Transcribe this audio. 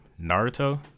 Naruto